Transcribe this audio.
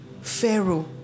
pharaoh